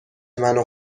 منو